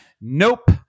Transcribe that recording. nope